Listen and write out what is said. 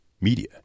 media